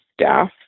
staff